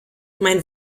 mein